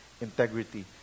integrity